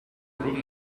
room